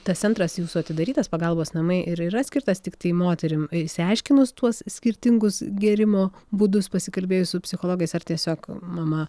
tas centras jūsų atidarytas pagalbos namai ir yra skirtas tiktai moterim išsiaiškinus tuos skirtingus gėrimo būdus pasikalbėjus su psichologais ar tiesiog mama